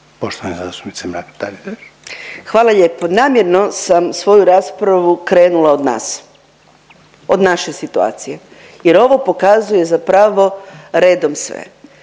**Mrak-Taritaš, Anka (GLAS)** Hvala lijepo. Namjerno sam svoju raspravu krenula od nas, od naše situacije jer ovo pokazuje zapravo redom sve.